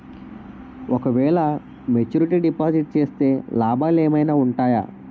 ఓ క వేల maturity deposit చేస్తే లాభాలు ఏమైనా ఉంటాయా?